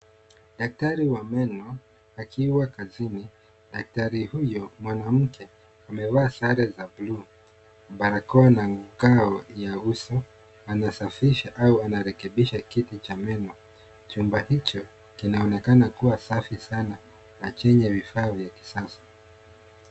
Daktari wa meno akiwa kazini. Daktari huyo mwanamke amevaa sare za buluu, barakoa na ngao ya uso. Anasafisha au anarekebisha kiti cha meno. Chumba hicho kinaonekana kuwa safi sana na chenye vifaa vya kisasa.